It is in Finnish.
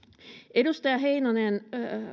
edustaja heinonen